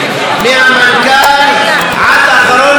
מהמנכ"ל עד אחרון המינויים,